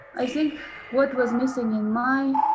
i think what was missing in my